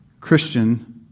Christian